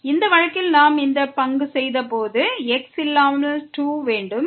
இந்த வழக்கில் நாம் இந்த பங்கு செய்கின்ற போது x இல்லாமல் 2 நமக்கு கிடைக்கிறது